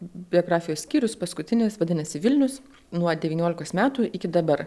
biografijos skyrius paskutinis vadinasi vilnius nuo devyniolikos metų iki dabar